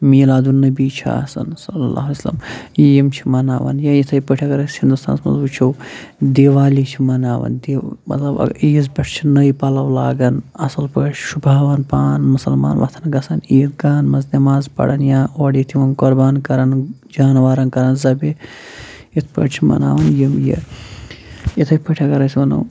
میٖلاد نبی چھِ آسَان صلہ وَسَلم یِم چھِ مَنناوَان یا یِتھَے پٲٹھۍ اَگر أسۍ ہِستانَس منٛز وٕچھو دیٖوالی چھِ مَنناوان مطلب عیٖز پٮ۪ٹھ چھِ نٔے پَلَو لاگان اَصٕل پٲٹھۍ شُباوَان پان مُسلمان وۄتھَان گژھان عیٖد گاہ منٛز نٮ۪ماز پَران یا اورٕ ییٚتھ یَِن قۄربان کَرَان جانوارَن کَران زَباہ یِتھ پٲٹھۍ چھِ مناوَان یِم یہِ یِتھَے پٲٹھۍ اَگر أسۍ وَنو